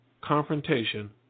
confrontation